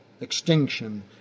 extinction